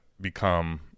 become